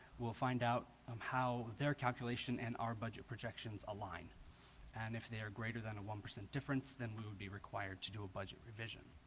we'll find out um how their calculation and our budget projections align and if they are greater than a one percent difference then we would be required to do a budget revision